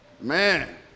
man